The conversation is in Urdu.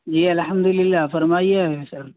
جی الحمد للہ فرمائیے